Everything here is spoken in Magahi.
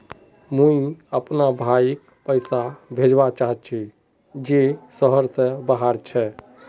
मुई अपना भाईक पैसा भेजवा चहची जहें शहर से बहार छे